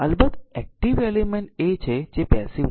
અલબત્ત active element એ છે જે પેસીવ નથી